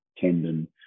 tendon